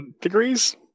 degrees